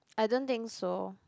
I don't think so